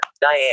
Diane